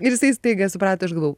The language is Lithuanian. ir jisai staiga suprato aš galvojau